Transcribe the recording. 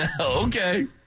Okay